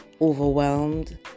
overwhelmed